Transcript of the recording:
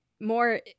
more